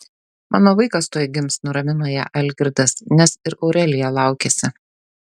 mano vaikas tuoj gims nuramino ją algirdas nes ir aurelija laukėsi